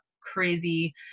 crazy